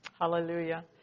Hallelujah